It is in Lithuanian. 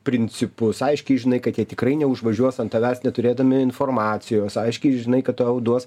principus aiškiai žinai kad jie tikrai neužvažiuos ant tavęs neturėdami informacijos aiškiai žinai kad tau duos